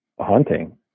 hunting